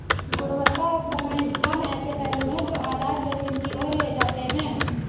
गुणवत्ता समय स्थान ऐसे पहलू हैं जो आधार जोखिम की ओर ले जाते हैं